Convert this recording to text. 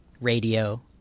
radio